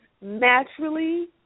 naturally